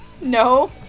No